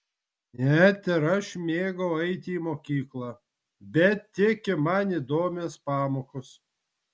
net ir aš mėgau eiti į mokyklą bet tik į man įdomias pamokas